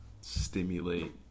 stimulate